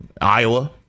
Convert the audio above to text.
Iowa